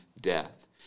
death